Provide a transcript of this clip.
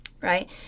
right